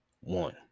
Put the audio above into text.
one